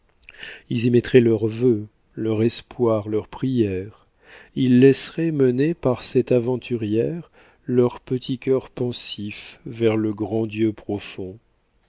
ils y mettraient leurs vœux leur espoir leur prière ils laisseraient mener par cette aventurière leurs petits cœurs pensifs vers le grand dieu profond